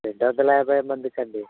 రెండు వందల యాభై మందికా అండి